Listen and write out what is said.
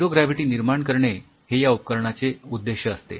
zero gravity निर्माण करणे हे या उपकरणांचे उद्देश्य असते